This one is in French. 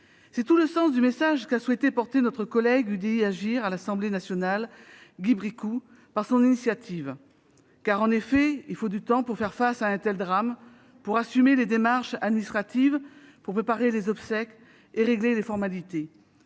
C'est tout le sens du message qu'a souhaité porter notre collègue député du groupe UDI, Agir et Indépendants, Guy Bricout, par son initiative. En effet, il faut du temps pour faire face à un tel drame, pour assumer les démarches administratives, pour préparer les obsèques et régler les formalités.